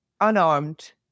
unarmed